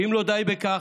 ואם לא די בכך,